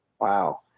Wow